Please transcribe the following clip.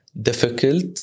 difficult